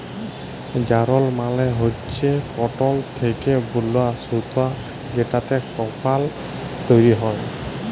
যারল মালে হচ্যে কটল থ্যাকে বুলা সুতা যেটতে কাপল তৈরি হ্যয়